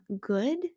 good